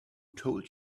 told